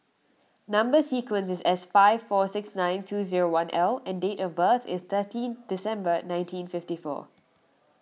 Number Sequence is S five four six nine two zero one L and date of birth is thirteenth December nineteen fifty four